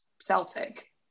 Celtic